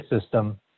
system